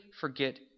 forget